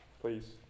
please